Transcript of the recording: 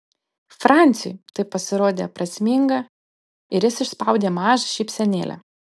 franciui tai pasirodė prasminga ir jis išspaudė mažą šypsenėlę